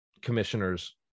commissioners